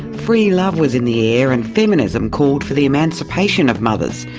free love was in the air and feminism called for the emancipation of mothers.